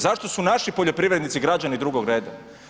Zašto su naši poljoprivrednici građani drugog reda?